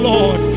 Lord